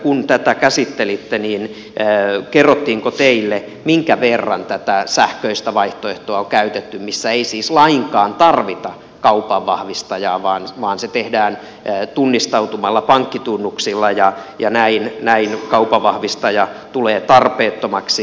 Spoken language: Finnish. kun tätä käsittelitte niin kerrottiinko teille minkä verran tätä sähköistä vaihtoehtoa on käytetty missä ei siis lainkaan tarvita kaupanvahvistajaa vaan se tehdään tunnistautumalla pankkitunnuksilla ja näin kaupanvahvistaja tulee tarpeettomaksi